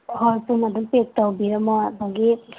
ꯍꯣꯏ ꯄꯨꯟꯅ ꯑꯗꯨꯝ ꯄꯦꯛ ꯇꯧꯕꯤꯔꯝꯃꯣ ꯑꯗꯒꯤ